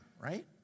right